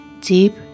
deep